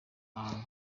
mahanga